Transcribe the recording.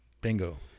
Bingo